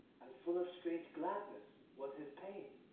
and full of strange gladness was his pain.